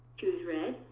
choose red.